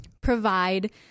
provide—